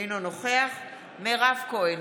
אינו נוכח מירב כהן,